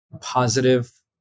positive